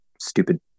stupid